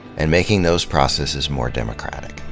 and making those processes more democratic.